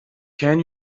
can